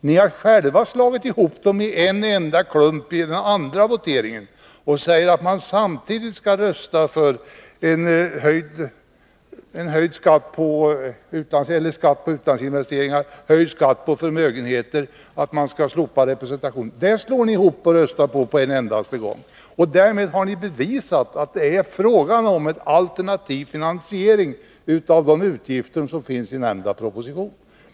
Ni har själva slagit ihop skatterna till en enda klump i den andra voteringen och menar att vi samtidigt skall rösta om skatt på utlandsinvesteringar, en höjning av skatten på förmögenheter och slopande av avdragen vid representation. Det vill ni alltså slå ihop och rösta om på en 59 enda gång. Därmed har ni också bevisat att det är fråga om en alternativ finansiering av de utgifter som finns i propositionen.